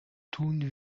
tun